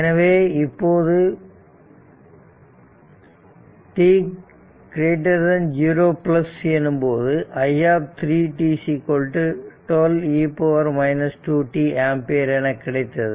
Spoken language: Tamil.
எனவே இப்போது t 0 எனும்போதுi3 12 e 2 t ஆம்பியர் என கிடைத்தது